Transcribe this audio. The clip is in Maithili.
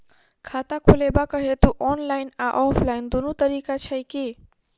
खाता खोलेबाक हेतु ऑनलाइन आ ऑफलाइन दुनू तरीका छै की?